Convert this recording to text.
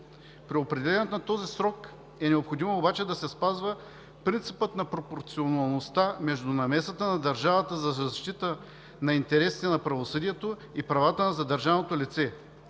При определянето на този срок е необходимо обаче да се спазва принципът на пропорционалността между намесата на държавата за защита на интересите на правосъдието и правата на задържаното лице.